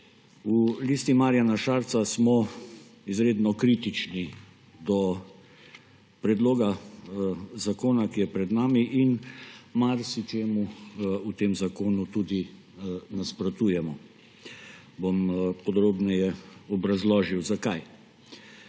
V Listi Marjana Šarca smo izredno kritični do predloga zakona, ki je pred nami in marsičemu v tem zakonu tudi nasprotujemo. Bom podrobneje razložil, zakaj.